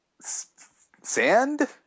sand